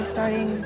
Starting